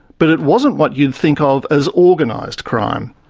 but it wasn't what you'd think of as organised crime.